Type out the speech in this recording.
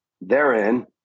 therein